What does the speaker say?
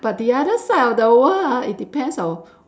but the other side of the world ah it depends on